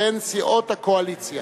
שהן סיעות הקואליציה.